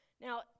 Now